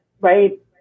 right